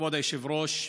כבוד היושב-ראש,